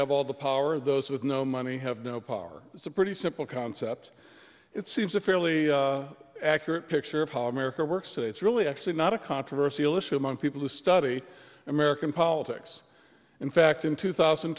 have all the power those with no money have no power it's a pretty simple concept it seems a fairly accurate picture of how america works and it's really actually not a controversial issue among people who study american politics in fact in two thousand